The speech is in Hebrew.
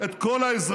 את כל העזרה,